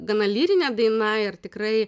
gana lyrinė daina ir tikrai